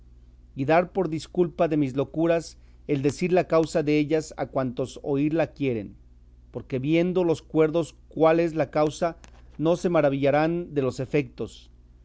y dar por disculpa de mis locuras el decir la causa dellas a cuantos oírla quieren porque viendo los cuerdos cuál es la causa no se maravillarán de los efetos